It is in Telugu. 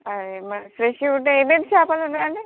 ఫ్రెష్గా ఉంటే ఏమి ఏమి చేపలు ఉన్నయండి